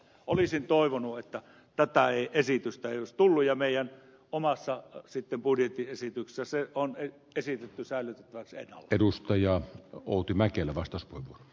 olisin toivonut että tätä esitystä ei olisi tullut ja meidän omassa budjettiesityksessämme se on esitetty säilytettäväksi ennallaan